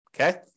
Okay